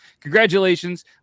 congratulations